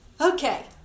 okay